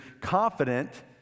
confident